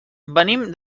venim